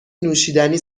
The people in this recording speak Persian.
نوشیدنی